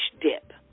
dip